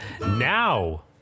now